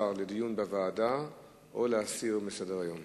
806: מצוקת מבני החינוך בשכונת רמות ובשכונת גבעת-שאול בירושלים,